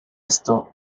esto